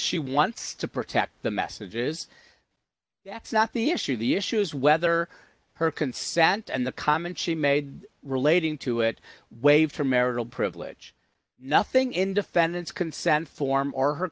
she wants to protect the messages that's not the issue the issue is whether her consent and the comment she made relating to it waived her marital privilege nothing in defendant's consent form or her